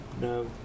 no